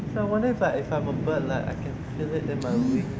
so I wonder if like if I'm a bird like I can feel it in my wing